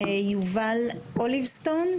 יובל אוליבסטון,